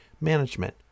management